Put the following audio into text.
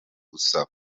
gusa